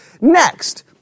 Next